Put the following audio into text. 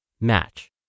match